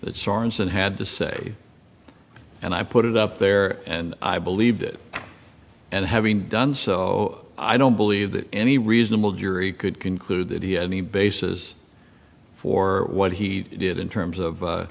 worst sorenson had to say and i put it up there and i believed it and having done so i don't believe that any reasonable jury could conclude that he had any basis for what he did in terms of